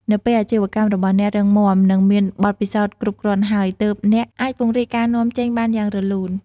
នៅពេលអាជីវកម្មរបស់អ្នករឹងមាំ និងមានបទពិសោធន៍គ្រប់គ្រាន់ហើយ ទើបអ្នកអាចពង្រីកការនាំចេញបានយ៉ាងរលូន។